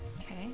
Okay